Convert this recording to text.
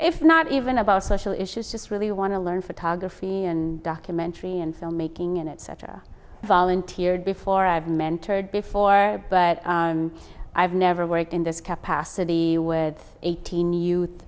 if not even about social issues just really want to learn photography and documentary and filmmaking and etc volunteered before i've mentored before but i've never worked in this capacity with eighteen